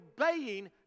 obeying